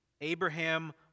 Abraham